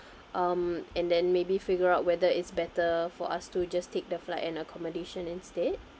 um and then maybe figure out whether it's better for us to just take the flight and accommodation instead